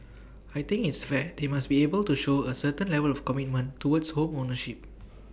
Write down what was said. I think it's fair they must be able to show A certain level of commitment towards home ownership